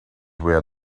where